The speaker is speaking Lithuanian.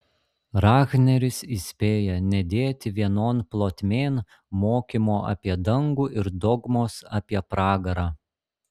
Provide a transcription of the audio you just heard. rahneris įspėja nedėti vienon plotmėn mokymo apie dangų ir dogmos apie pragarą